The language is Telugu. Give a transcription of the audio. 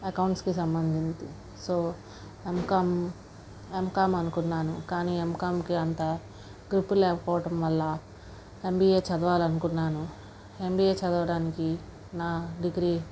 అకౌంట్స్కి సంబంధించిన సో ఎంకామ్ ఎంకామ్ అనుకున్నాను కానీ ఎంకామ్కి అంత గ్రిప్ లేకపోవటం వల్ల ఎంబీఏ చదవాలి అనుకున్నాను ఎంబీఏ చదవడానికి నా డిగ్రీ